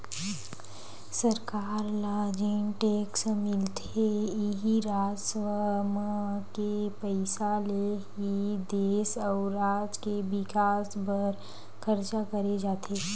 सरकार ल जेन टेक्स मिलथे इही राजस्व म के पइसा ले ही देस अउ राज के बिकास बर खरचा करे जाथे